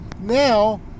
now